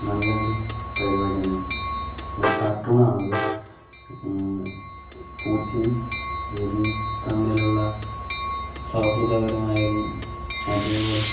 നല്ല ഒരു പരിപാടിയാണ് ഒരു കാർട്ടൂണാണത് പൂച്ചയും എലിയും തമ്മിലുള്ള സൗഹൃദപരമായതും അതേപോലെ